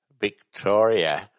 Victoria